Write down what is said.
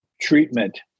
treatment